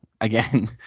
again